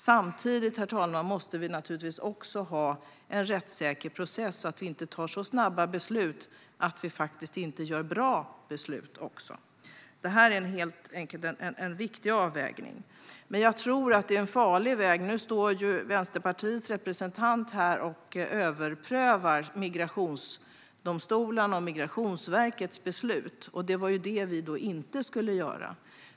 Samtidigt måste vi ha en rättssäker process, så att det inte tas så snabba beslut att de inte blir bra. Det är helt enkelt en viktig avvägning. Jag tror dock att det som Vänsterpartiets representant gör när hon står här och överprövar migrationsdomstolarnas och Migrationsverkets beslut är en farlig väg att gå. Det var det vi inte skulle göra.